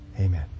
Amen